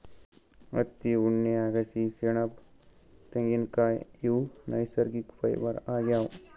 ಹತ್ತಿ ಉಣ್ಣೆ ಅಗಸಿ ಸೆಣಬ್ ತೆಂಗಿನ್ಕಾಯ್ ಇವ್ ನೈಸರ್ಗಿಕ್ ಫೈಬರ್ ಆಗ್ಯಾವ್